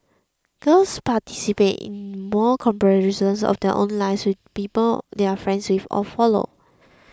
girls participate in more comparisons of their own lives with those of the people they are friends with or follow